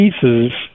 pieces